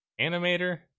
animator